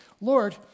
Lord